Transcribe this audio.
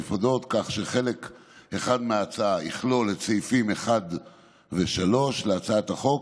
נפרדות כך שחלק אחד מההצעה יכלול את סעיפים 1 ו-3 להצעת החוק